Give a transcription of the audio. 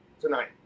tonight